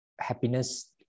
happiness